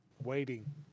Waiting